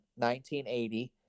1980